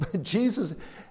Jesus